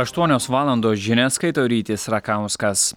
aštuonios valandos žinias skaito rytis rakauskas